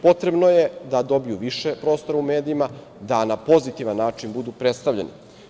Potrebno je da dobiju više prostora u medijima, da na pozitivan način budu predstavljeni.